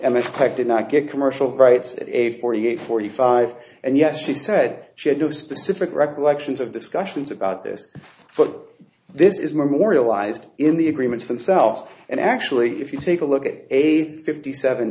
mistyped did not get commercial rights at a forty eight forty five and yes she said she had no specific recollections of discussions about this but this is memorialized in the agreements themselves and actually if you take a look at eight fifty seven